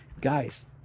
guys